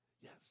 Yes